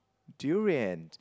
durians